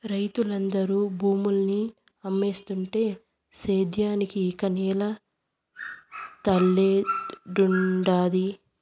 రైతులందరూ భూముల్ని అమ్మేస్తుంటే సేద్యానికి ఇక నేల తల్లేడుండాది